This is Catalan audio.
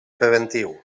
preventiu